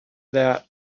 that